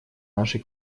нашей